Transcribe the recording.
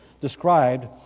described